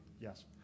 Yes